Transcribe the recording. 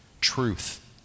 truth